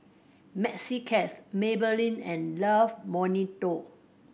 Maxi Cash Maybelline and Love Bonito